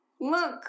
look